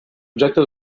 objecte